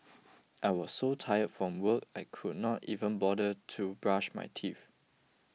I was so tired from work I could not even bother to brush my teeth